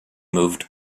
moved